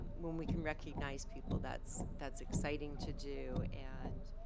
when we can recognize people, that's that's exciting to do and